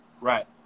Right